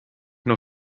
nur